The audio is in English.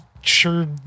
Sure